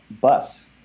bus